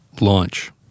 Launch